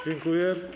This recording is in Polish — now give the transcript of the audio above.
Dziękuję.